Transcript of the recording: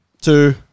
two